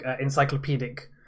encyclopedic